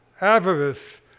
avarice